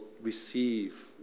receive